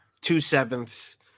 two-sevenths